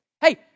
Hey